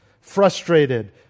frustrated